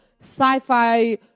sci-fi